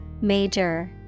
Major